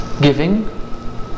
giving